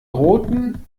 roten